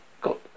got